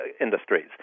industries